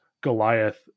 Goliath